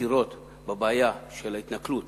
מכירות בבעיה של ההתנכלות